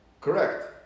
Correct